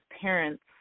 parents